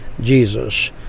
Jesus